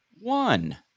one